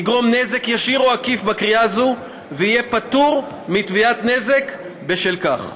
יגרום נזק ישיר או עקיף בקריאה הזאת ויהיה פטור מתביעת נזק בשל כך.